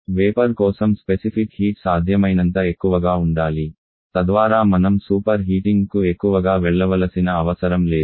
vapour కోసం specific heat సాధ్యమైనంత ఎక్కువగా ఉండాలి తద్వారా మనం సూపర్ హీటింగ్కు ఎక్కువగా వెళ్లవలసిన అవసరం లేదు